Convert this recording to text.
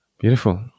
Beautiful